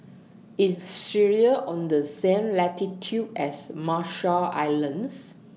IS Syria on The same latitude as Marshall Islands